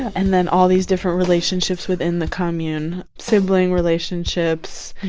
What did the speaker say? and then all these different relationships within the commune sibling relationships,